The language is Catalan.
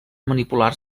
manipular